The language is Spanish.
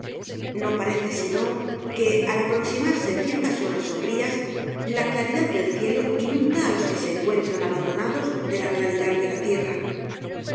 no parece sino que al aproximarse ciertas horas sombrías la claridad del cielo inunda á los que se encuentran abandonados de la claridad de la tierra